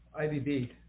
IBB